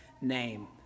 name